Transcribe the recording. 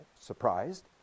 surprised